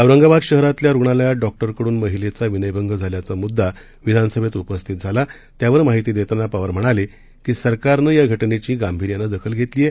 औरंगाबाद शहरातल्या रुग्णालयात डॉक्टरकडून महिलेचा विनयभंग झाल्याचा मुद्दा विधानसभेत उपस्थित झाला त्यावर माहिती देताना पवार म्हणाले की सरकारनं या घटनेची गांभीर्यानं दखल घेतली आहे